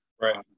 Right